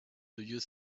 you